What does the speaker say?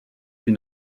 fut